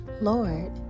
Lord